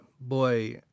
boy